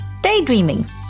daydreaming